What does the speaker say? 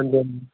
ਹਾਂਜੀ ਹਾਂਜੀ